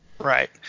Right